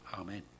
Amen